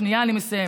שנייה, אני מסיימת.